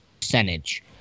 percentage